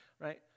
right